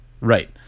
Right